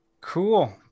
Cool